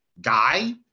guy